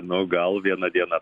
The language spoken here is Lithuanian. nu gal vieną dieną